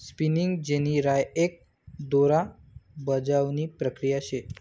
spinning jenny राय एक दोरा बजावणी प्रक्रिया शे